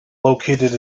located